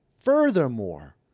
Furthermore